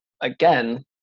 again